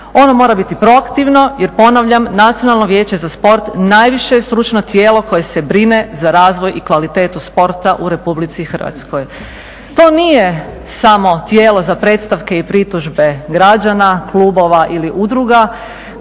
Ono mora biti proaktivno jer ponavljam Nacionalno vijeće za sport najviše je stručno tijelo koje se brine za razvoj i kvalitetu sporta u Republici Hrvatskoj. To nije samo tijelo za predstavke i pritužbe građana, klubova ili udruga